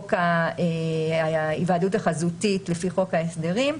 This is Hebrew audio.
חוק ההיוועדות החזותית לפי חוק ההסדרים.